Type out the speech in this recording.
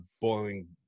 boiling